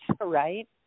right